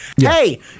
Hey